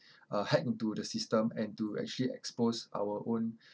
uh hack into the system and to actually expose our own